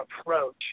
approach